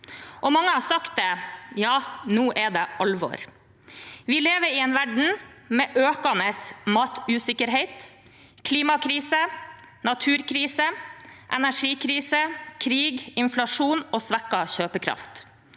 og mange har sagt det: Ja, nå er det alvor. Vi lever i en verden med økende matusikkerhet, klimakrise, naturkrise, energikrise, krig, inflasjon og svekket kjøpekraft.